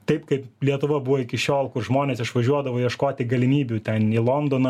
taip kaip lietuva buvo iki šiol kur žmonės išvažiuodavo ieškoti galimybių ten į londoną